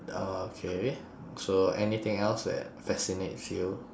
uh okay so anything else that fascinates you